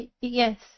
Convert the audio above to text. yes